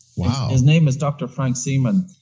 wow his name is dr. frank seaman.